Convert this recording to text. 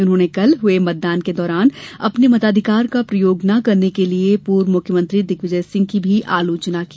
उन्होंने कल हुए मतदान के दौरान अपने मताधिकार का प्रयोग न करने के लिए पूर्व मुख्यमंत्री दिग्विजय सिंह की भी आलोचना की